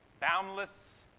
Boundless